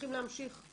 עם